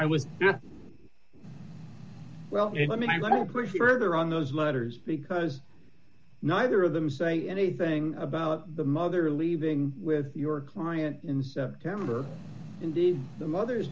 to push further on those letters because neither of them say anything about the mother leaving with your client in september indeed the mother